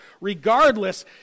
Regardless